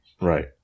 Right